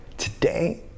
Today